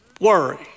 Worry